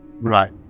right